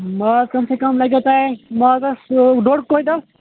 ماز کم سے کم لَگٮ۪و تۄہہِ مازَس ڈۅڈ کۅینٹَل